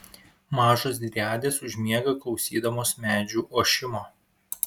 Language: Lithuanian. mažos driadės užmiega klausydamos medžių ošimo